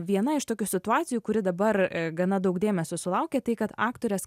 viena iš tokių situacijų kuri dabar gana daug dėmesio sulaukė tai kad aktorės